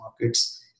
markets